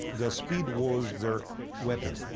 their speed was their weapon.